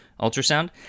ultrasound